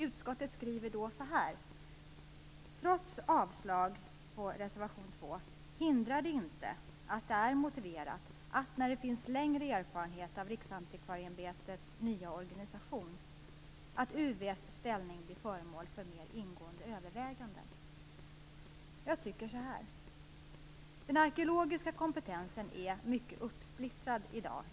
Utskottet skriver: Trots avslag på reservation 2 hindrar det inte att det är motiverat att, när det finns längre erfarenhet av Riksantikvarieämbetets nya organisation, UV:s ställning blir föremål för mer ingående överväganden. Jag tycker så här: Den arkeologiska kompetensen i Sverige är mycket uppsplittrad i dag.